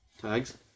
Tags